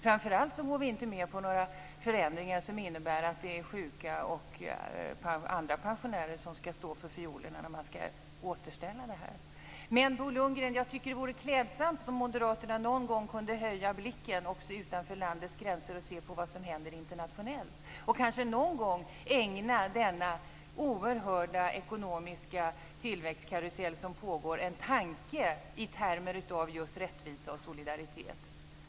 Framför allt går vi inte med på några förändringar som innebär att det är sjuka och pensionärer som ska stå för fiolerna när man ska återställa detta. Men, Bo Lundgren, jag tycker att det vore klädsamt om moderaterna någon gång kunde höja blicken utanför landets gränser och se på vad som händer internationellt och kanske någon gång ägna denna oerhörda ekonomiska tillväxtkarusell som pågår en tanke i termer av just rättvisa och solidaritet.